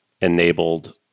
enabled